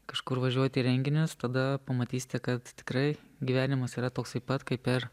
kažkur važiuoti į renginius tada pamatysite kad tikrai gyvenimas yra toksai pat kaip ir